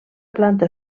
planta